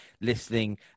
listening